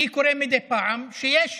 אני קורא מדי פעם שיש